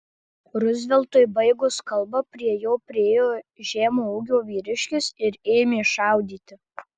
ruzveltui baigus kalbą prie jo priėjo žemo ūgio vyriškis ir ėmė šaudyti